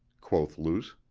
quoth luce.